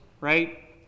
right